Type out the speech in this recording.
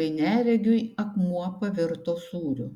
kai neregiui akmuo pavirto sūriu